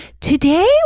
today